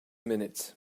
minute